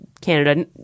Canada